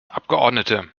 abgeordnete